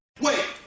wait